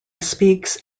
speaks